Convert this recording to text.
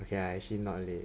ya actually not late